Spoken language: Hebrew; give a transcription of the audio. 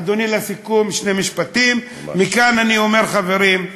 אדוני, לסיכום, שני משפטים: מכאן אני אומר, חברים,